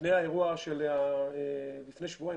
לפני ההצפות האחרונות לפני שבועיים,